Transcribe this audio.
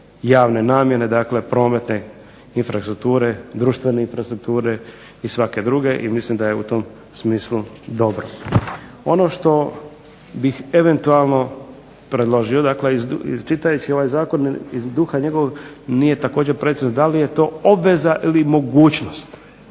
javne namjene, dakle prometne infrastrukture, društvene infrastrukture i svake druge, i mislim da je u tom smislu dobro. Ono što bih eventualno predložio dakle, iščitajući ovaj zakon i duha njegovog nije također precizno da l je to obveza ili mogućnost,